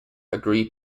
agreed